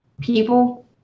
people